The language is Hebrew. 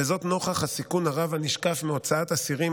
וזאת נוכח הסיכון הרב הנשקף מהוצאת אסירים